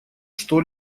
что